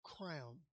crown